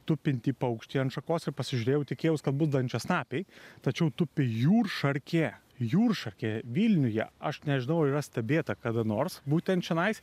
tupintį paukštį ant šakos ir pasižiūrėjau tikėjaus kad bus dančiasnapiai tačiau tupi jūršarkė jūršarkė vilniuje aš nežinau ar yra stebėta kada nors būtent čionais